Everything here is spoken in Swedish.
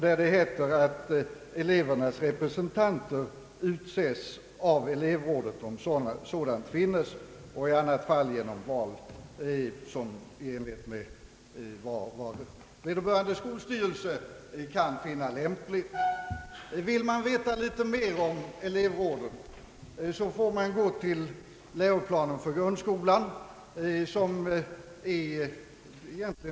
Det heter där att elevernas representanter utses av elevrådet, om sådant finnes, och i annat fall i enlighet med vad vederbörande skolstyrelse kan finna lämpligt. Vill man veta mer om elevråden, får man gå till läroplanen för grundskolan.